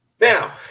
Now